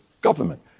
government